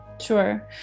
Sure